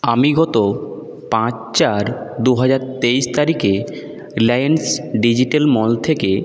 আমি গত পাঁচ চার দু হাজার তেইশ তারিখে রিলায়েন্স ডিজিটাল মল থেকে